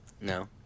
No